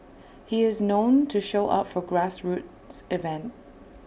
he is known to show up for grassroots event